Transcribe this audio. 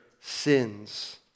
sins